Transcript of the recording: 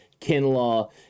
Kinlaw